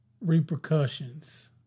repercussions